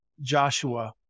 Joshua